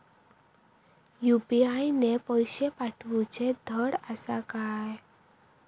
UPI ने पैशे पाठवूचे धड आसा काय?